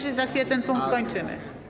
Za chwilę ten punkt kończymy.